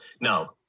no